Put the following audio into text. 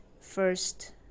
First